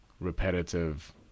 repetitive